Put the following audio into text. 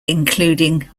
including